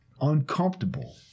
uncomfortable